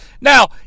Now